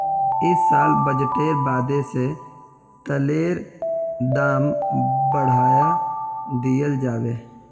इस साल बजटेर बादे से तेलेर दाम बढ़ाय दियाल जाबे